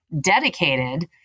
dedicated